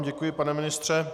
Děkuji vám, pane ministře.